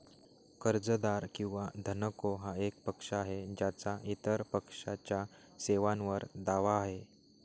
कर्जदार किंवा धनको हा एक पक्ष आहे ज्याचा इतर पक्षाच्या सेवांवर दावा आहे